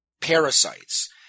parasites